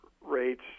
rates